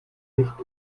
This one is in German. nicht